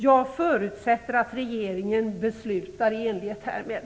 Jag förutsätter att regeringen beslutar i enlighet härmed.